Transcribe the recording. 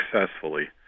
successfully